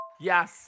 yes